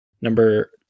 number